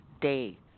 day